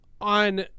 on